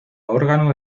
órgano